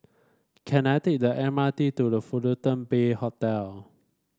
can I take the M R T to The Fullerton Bay Hotel